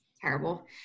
terrible